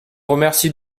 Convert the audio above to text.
remercie